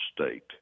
state